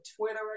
Twitter